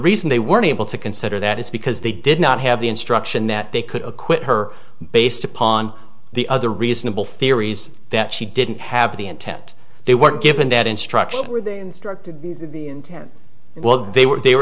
reason they weren't able to consider that is because they did not have the instruction that they could acquit her based upon the other reasonable theories that she didn't have the intent they weren't given that instruction were they instructed him well they were they were